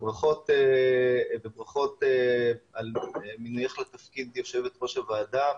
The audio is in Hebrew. וברכות על מינוייך לתפקיד יושבת-ראש הוועדה,